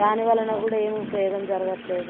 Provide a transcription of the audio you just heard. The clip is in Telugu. దాని వలన కూడా ఏం ఉపయోగం జరగట్లేదు